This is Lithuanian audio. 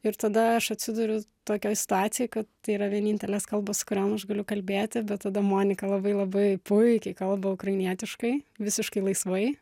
ir tada aš atsiduriu tokioj situacijoj kad tai yra vienintelės kalbos kuriom aš galiu kalbėti bet tada monika labai labai puikiai kalba ukrainietiškai visiškai laisvai